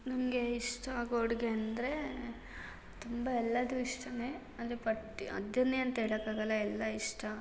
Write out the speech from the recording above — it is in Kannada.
ನನಗೆ ಇಷ್ಟ ಆಗೋ ಅಡುಗೆ ಅಂದರೆ ತುಂಬ ಎಲ್ಲವೂ ಇಷ್ಟವೇ ಅಂದರೆ ಪಟ್ಟಿ ಅದನ್ನೇ ಅಂತ ಹೇಳಕಾಗಲ್ಲ ಎಲ್ಲ ಇಷ್ಟ